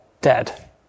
dead